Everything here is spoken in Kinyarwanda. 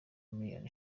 miliyari